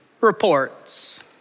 reports